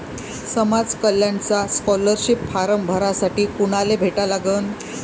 समाज कल्याणचा scholarship form भरासाठी कुनाले भेटा लागन?